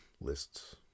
lists